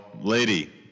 lady